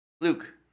Luke